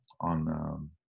on